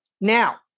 Now